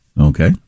Okay